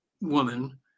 woman